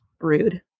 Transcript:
rude